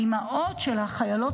האימהות של החיילות,